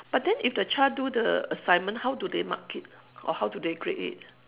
but then if the child do the assignment how do they mark it or how do they grade it